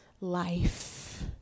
life